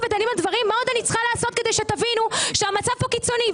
מה עוד אני צריכה לעשות כדי שתבינו שהמצב פה קיצוני.